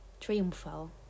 triumphal